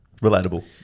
relatable